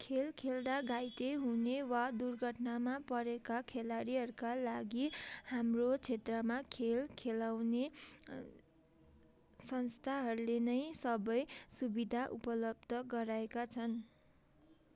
खेल खेल्दा घाइते हुने वा दुर्घटनामा परेका खेलाडीहरूका लागि हाम्रो क्षेत्रमा खेल खेलाउने संस्थाहरूले नै सबै सुविधा उपलब्ध गराएका छन्